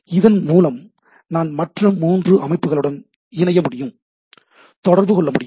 இதன் மூலம் நான் மற்ற மூன்று அமைப்புகளுடன் இணைய முடியும் தொடர்பு கொள்ள முடியும்